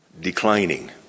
declining